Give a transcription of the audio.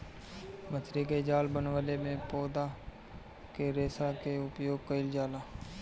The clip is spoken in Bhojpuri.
मछरी के जाल बनवले में पौधा के रेशा क उपयोग कईल जाला